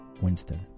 Winston